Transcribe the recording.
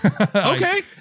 Okay